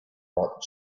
but